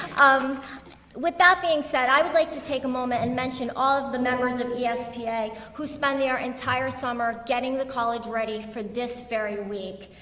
um with that being said, i would like to take a moment and mention all of the members of yeah espa, who spend their entire summer getting the college ready for this very week.